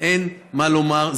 אין מה לומר,